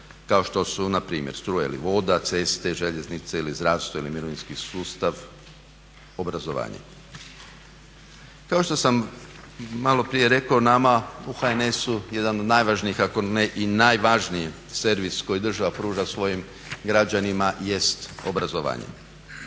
kao što su npr. struja ili voda, ceste, željeznice, zdravstvo ili mirovinski sustav, obrazovanje. Kao što sam malo prije rekao, nama u HNS-u jedan od najvažnijih ako ne i najvažniji servis koji država pruža svojim građanima jest obrazovanje.